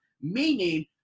meaning